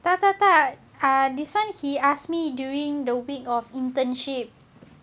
tak tak tak uh this one he asked me during the week of internship